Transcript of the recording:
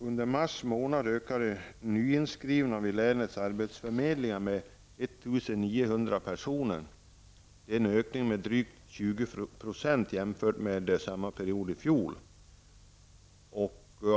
Under mars månad ökade antalet nyinskrivna vid länets arbetsförmedlingar med 1 900 personer. Det är en ökning med drygt 20 % jämfört med samma period i fjol.